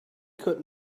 could